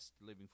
Living